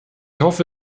hoffe